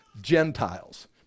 Gentiles